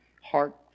heart